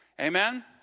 amen